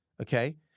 Okay